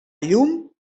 llum